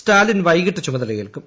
സ്റ്റാലിൻ വൈകിട്ട് ചുമതലയേൽക്കും